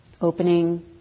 opening